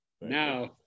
Now